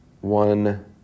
one